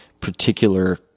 particular